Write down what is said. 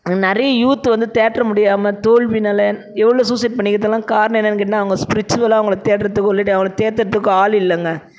நிறைய யூத்து வந்து தேற்ற முடியாமல் தோல்வியினால எவ்வளோ சூசைட் பண்ணிக்கிறதுலாம் காரணம் என்னென்னு கேட்டிங்கனால் அவங்க ஸ்ப்ரிச்சுவலாக அவங்கள தேற்றதுக்குள்ளே இல்லை அவங்கள தேற்றுறதுக்கு ஆள் இல்லைங்க